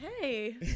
Hey